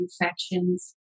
infections